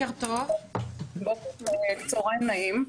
צוהריים נעים,